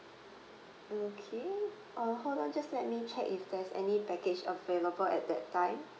okay err hold on just let me check if there's any package available at that time